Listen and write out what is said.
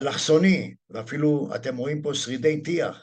אלכסוני, ואפילו אתם רואים פה שרידי טיח